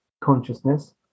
consciousness